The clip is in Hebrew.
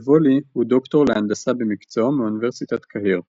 מדבולי הוא דוקטור להנדסה במקצועו מאוניברסיטת קהיר,